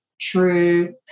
true